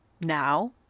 Now